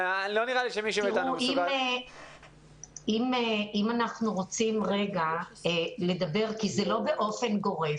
אם אנחנו רוצים לדבר, זה לא באופן גורף.